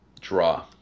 Draw